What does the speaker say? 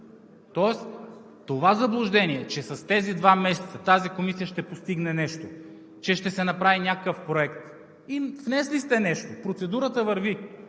Тоест това заблуждение, че с тези два месеца тази комисия ще постигне нещо, че ще се направи някакъв проект… Внесли сте нещо, процедурата върви.